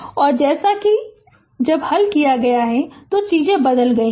और जैसा कि जब हल किया गया है तो चीजें बदल गई हैं